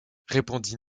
répondit